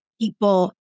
people